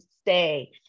stay